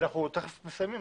אנחנו תיכף מסיימים.